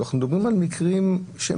אנחנו מדברים על מקרים שהם